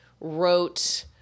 wrote